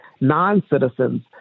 non-citizens